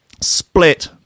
Split